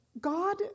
god